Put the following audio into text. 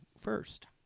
first